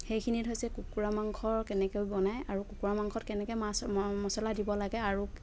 সেইখিনি হৈছে কুকুৰা মাংসৰ কেনেকৈ বনাই আৰু কুকুৰা মাংসত কেনেকৈ মাছ মচলা দিব লাগে আৰু